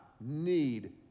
need